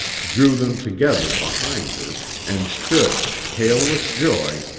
drew them together behind her, and stood, pale with joy,